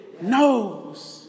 knows